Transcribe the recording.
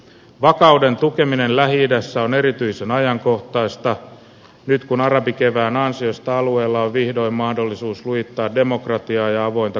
vakauden tukeminen lähi idässä on erityisen ajankohtaista nyt kun arabikevään ansiosta alueella on vihdoin mahdollisuus lujittaa demokratiaa ja avointa kansalaisyhteiskuntaa